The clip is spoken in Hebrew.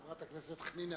חברת הכנסת חנין,